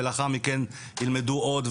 ולאחר מכן ילמדו עוד,